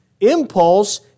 impulse